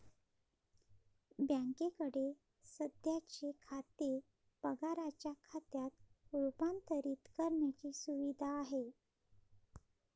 बँकेकडे सध्याचे खाते पगाराच्या खात्यात रूपांतरित करण्याची सुविधा आहे